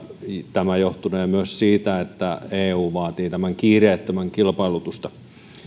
tämä johtunee myös siitä että eu vaatii tämän kiireettömän kilpailutusta